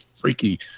freaky